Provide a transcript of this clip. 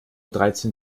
dreizehn